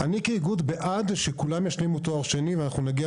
אני כאיגוד בעד שכולם ישלימו תואר שני ואנחנו נגיע